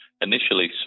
Initially